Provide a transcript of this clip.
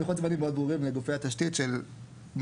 לוחות זמנים מאוד ברורים לגופי התשתית של מתי